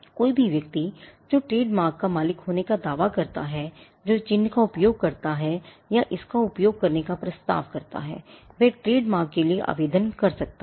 कोई भी व्यक्ति जो ट्रेडमार्क का मालिक होने का दावा करता है जो चिह्न का उपयोग करता है या इसका उपयोग करने का प्रस्ताव करता है वह ट्रेडमार्क के लिए आवेदन कर सकता है